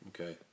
Okay